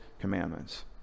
commandments